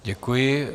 Děkuji.